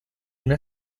una